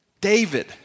David